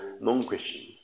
non-Christians